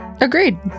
Agreed